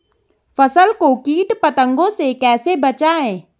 फसल को कीट पतंगों से कैसे बचाएं?